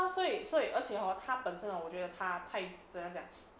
啊所以所以而且 hor 他本身 hor 我觉得他太怎样讲